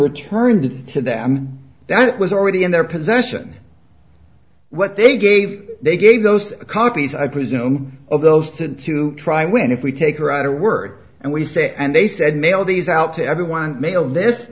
returned to them that was already in their possession what they gave they gave those copies i presume of those ten to try when if we take her out a word and we say and they said mail these out to everyone mailed this